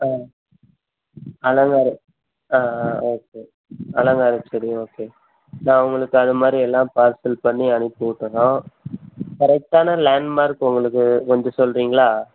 ஆ அலங்கார ஆ ஆ ஓகே அலங்காரச் செடி ஓகே நான் உங்களுக்கு அது மாதிரி எல்லாம் பார்சல் பண்ணி அனுப்பி விட்டுர்றோம் கரெக்டான லேண்ட் மார்க் உங்களுக்கு கொஞ்சம் சொல்கிறீங்களா